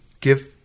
give